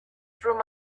through